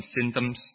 symptoms